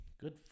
good